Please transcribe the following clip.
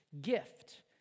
gift